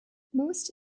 most